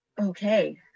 okay